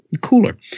cooler